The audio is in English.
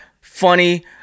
funny